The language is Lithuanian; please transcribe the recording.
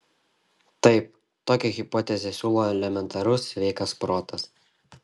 taip tokią hipotezę siūlo elementarus sveikas protas